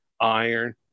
Iron